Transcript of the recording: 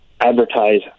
advertise